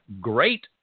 great